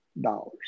dollars